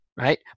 right